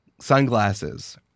sunglasses